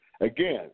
Again